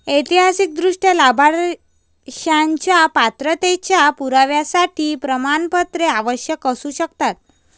ऐतिहासिकदृष्ट्या, लाभांशाच्या पात्रतेच्या पुराव्यासाठी प्रमाणपत्रे आवश्यक असू शकतात